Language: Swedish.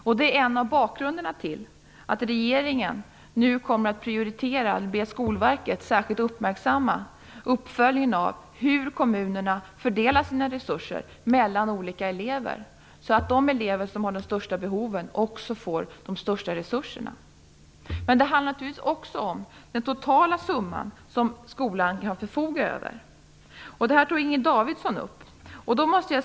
Detta är en del av bakgrunden till att regeringen nu kommer att prioritera det som Skolverket särskilt uppmärksammat, uppföljningen av hur kommunerna fördelar sina resurser mellan olika elever, så att elever med de största behoven får de största resurserna. Det handlar naturligtvis också om den totala summa skolan kan förfoga över. Detta tog Inger Davidson upp.